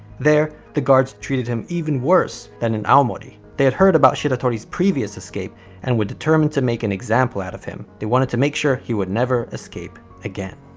there the guards treated him even worse than in aomori. they had heard about shiratori's previous escape and were determined to make an example out of him. they wanted to make sure he would never escape again.